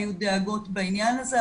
היו דאגות בעניין הזה,